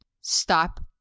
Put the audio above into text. Stop-